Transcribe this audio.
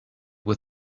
with